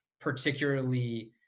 particularly